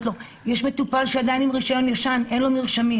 במוצר ובכל זאת לאפשר ייצור יותר זול שיתגלגל אל הצרכן.